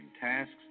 tasks